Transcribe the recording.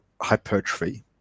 hypertrophy